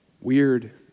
Weird